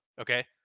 okay